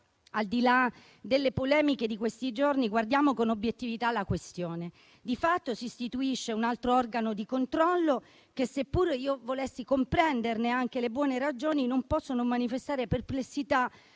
Al di là delle polemiche di questi giorni, guardiamo con obiettività la questione. Di fatto, si istituisce un altro organo di controllo e, pur se volessi comprenderne le buone ragioni, non posso non manifestare perplessità